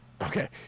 okay